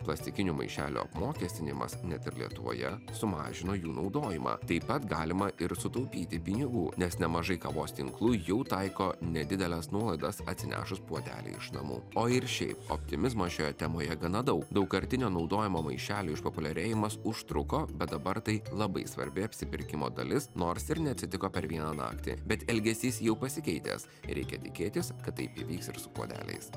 plastikinių maišelių apmokestinimas net ir lietuvoje sumažino jų naudojimą taip pat galima ir sutaupyti pinigų nes nemažai kavos tinklų jau taiko nedideles nuolaidas atsinešus puodelį iš namų o ir šiaip optimizmo šioje temoje gana daug daugkartinio naudojimo maišelių išpopuliarėjimas užtruko bet dabar tai labai svarbi apsipirkimo dalis nors ir neatsitiko per vieną naktį bet elgesys jau pasikeitęs ir reikia tikėtis kad taip įvyks ir su puodeliais